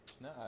No